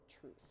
truth